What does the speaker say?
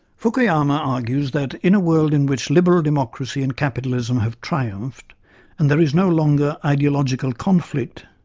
fukuyama argues that in a world in which liberal democracy and capitalism have triumphed and there is no longer ideological conflict,